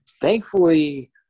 Thankfully